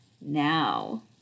now